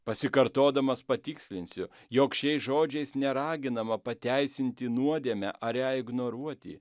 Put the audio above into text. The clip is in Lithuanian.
pasikartodamas patikslinsiu jog šiais žodžiais neraginama pateisinti nuodėmę ar ją ignoruoti